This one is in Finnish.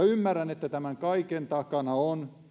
ymmärrän että tämän kaiken takana on